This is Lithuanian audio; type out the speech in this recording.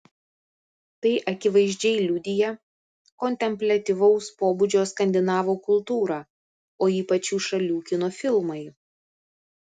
tai akivaizdžiai liudija kontempliatyvaus pobūdžio skandinavų kultūra o ypač šių šalių kino filmai